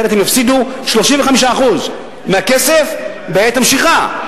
אחרת הם יפסידו 35% מהכסף בעת המשיכה.